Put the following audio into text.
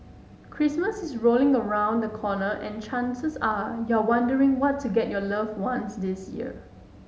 Christmas is rolling around the corner and chances are you're wondering what to get your loved ones this year